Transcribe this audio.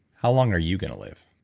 how long are you going to live?